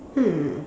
hmm